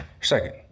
second